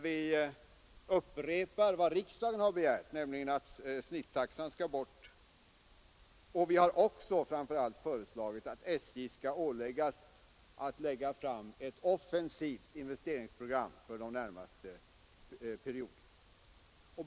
Vi upprepar vidare i motionen riksdagens begäran att snittaxan skall tas bort, och vi har framför allt föreslagit att SJ skall åläggas att göra upp ett offensivt investeringsprogram för den närmaste perioden.